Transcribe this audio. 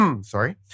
Sorry